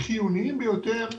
חיוניים ביותר מהבנקים.